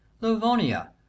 livonia